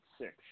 six